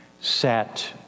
sat